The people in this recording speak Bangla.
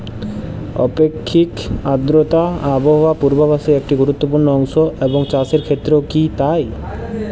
আপেক্ষিক আর্দ্রতা আবহাওয়া পূর্বভাসে একটি গুরুত্বপূর্ণ অংশ এবং চাষের ক্ষেত্রেও কি তাই?